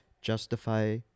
justify